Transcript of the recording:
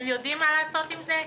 הם יודעים מה לעשות עם זה?